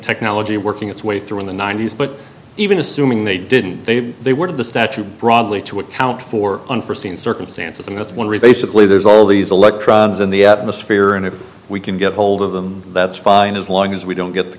technology working its way through in the ninety's but even assuming they didn't they they would have the statute broadly to account for unforseen circumstances and that's one reason a sickly there's all these electrons in the atmosphere and if we can get hold of them that's fine as long as we don't get the